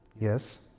Yes